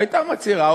הייתה מצהירה,